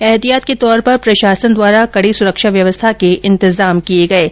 एहतियात के तौर पर प्रशासन द्वारा कड़ी सुरक्षा व्यवस्था के इंतजाम किए गए थे